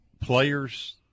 players